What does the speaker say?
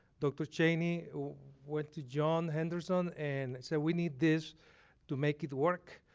dr. cheney went to john hendersen and said we need this to make it work.